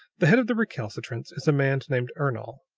the head of the recalcitrants is a man named ernol.